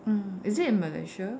mm is it in Malaysia